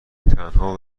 تنها